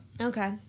Okay